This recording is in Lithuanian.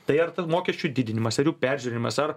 tai ar ta mokesčių didinimas ar jų peržiūrimas ar